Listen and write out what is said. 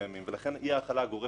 לכן אי-ההטלה הגורפת שלו